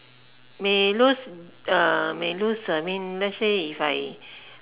may lose uh may lose I mean let's say if I